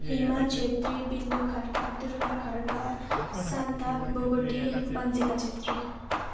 Hima Chhetri Bindu Khadka Durga Khadka Shanta Bogati Banchika Chhetri